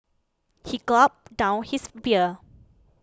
he gulped down his beer